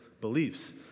beliefs